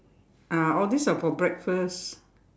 ah all these are for breakfast